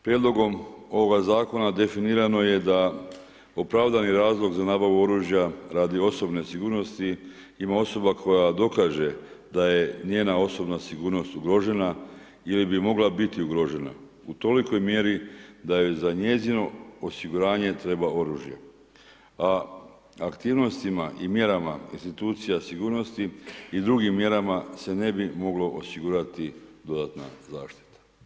Prijedlogom ovoga zakona definirano je da opravdani razlog za nabavu oružja radi osobne sigurnosti ima osoba koja dokaže da je njena osobna sigurnost ugrožena ili bi mogla biti ugrožena u tolikoj mjeri da joj za njezino osiguranje treba oružje, a aktivnostima i mjerama institucija sigurnosti i drugim mjerama se ne bi moglo osigurati dodatna zaštita.